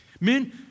Men